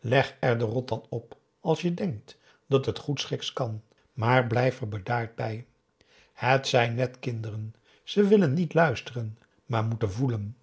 leg er de rotan op als je denkt dat het goedschiks kan maar blijf er bedaard bij het zijn net kinderen ze willen niet luisteren maar moeten voelen